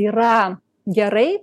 yra gerai